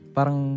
Parang